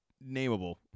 nameable